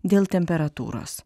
dėl temperatūros